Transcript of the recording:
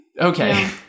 okay